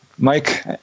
Mike